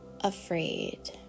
afraid